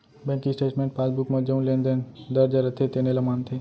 bank statement passbook म जउन लेन देन दर्ज रथे तेने ल मानथे